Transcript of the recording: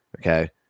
okay